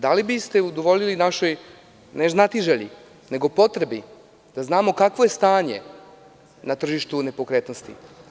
Da li biste udovoljili našoj ne znatiželji, nego potrebi da znamo kakvo je stanje na tržištu nepokretnosti?